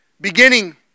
beginning